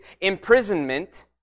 imprisonment